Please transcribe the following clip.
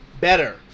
Better